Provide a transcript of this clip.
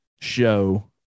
show